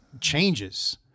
changes